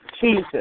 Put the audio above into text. Jesus